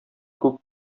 күк